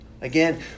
Again